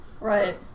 right